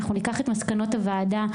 אנחנו ניקח את מסקנות הוועדה,